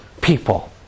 people